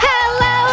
Hello